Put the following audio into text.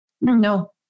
No